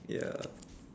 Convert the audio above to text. ya